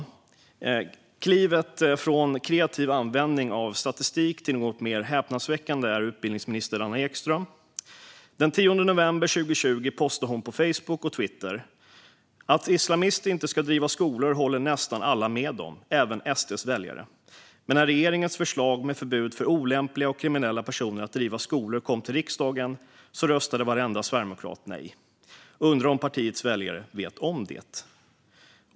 Ett kliv från kreativ användning av statistik till något mer häpnadsväckande är när utbildningsminister Anna Ekström den 10 november 2020 postade på Facebook och Twitter: "Att islamister inte ska driva skolor håller nästan alla med om - även SD:s väljare. Men när regeringens förslag med förbud för olämpliga och kriminella personer att driva skolor kom till riksdagen så röstade varenda sverigedemokrat nej. Undrar om partiets väljare vet om det."